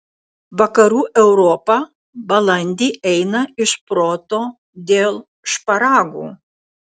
vakarų europa balandį eina iš proto dėl šparagų